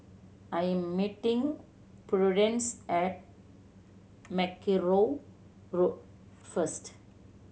I am meeting Prudence at Mackerrow Road first